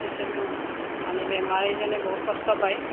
পেচেণ্টটো মানে বেমাৰীজনে বহুত কষ্ট পায়